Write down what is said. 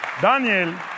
Daniel